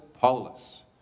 Paulus